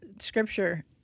scripture